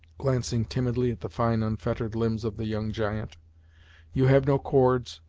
glancing timidly at the fine unfettered limbs of the young giant you have no cords,